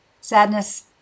sadness